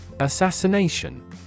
assassination